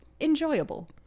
enjoyable